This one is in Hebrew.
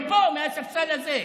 מפה, מהספסל הזה.